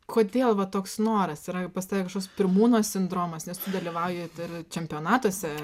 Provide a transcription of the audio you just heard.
kodėl va toks noras yra pas tave kažkoks pirmūno sindromas nes tu dalyvauji ir čempionatuose